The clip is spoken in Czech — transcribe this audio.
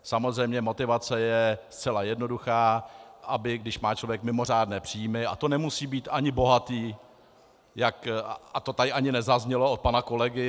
Samozřejmě motivace je zcela jednoduchá aby když má člověk mimořádné příjmy, a to nemusí být ani bohatý, a to tady ani nezaznělo od pana kolegy.